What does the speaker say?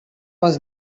was